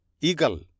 Eagle